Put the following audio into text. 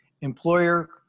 employer